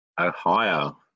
Ohio